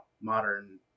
modern